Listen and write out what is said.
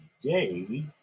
today